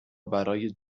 برای